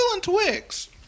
Twix